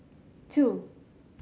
two